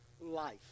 life